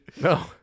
No